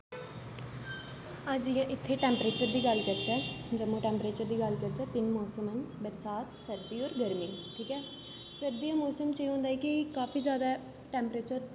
अस जियां इत्थे टेम्परेचर दी गल्ल करचै जम्मू टेम्परेचर दी गल्ल करचै तिन मौसम ऐ बरसात सर्दी और गर्मी ठीक ऐ सर्दी दे मौसम च एह होंदा कि काफी ज्यादा टैम्परेचर